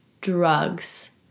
drugs